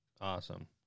awesome